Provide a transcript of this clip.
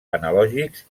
analògics